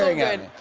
ah good.